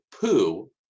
poo